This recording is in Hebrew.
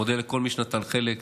מודה לכל מי שנטל חלק,